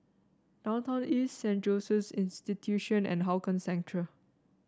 Downtown East Saint Joseph's Institution and Hougang Central